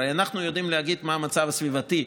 הרי אנחנו יודעים להגיד מה המצב הסביבתי.